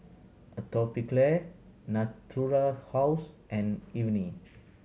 Atopiclair Natura House and